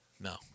No